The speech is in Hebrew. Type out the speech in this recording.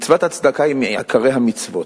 מצוות הצדקה היא מעיקרי המצוות.